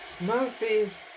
Murphy's